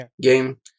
game